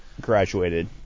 graduated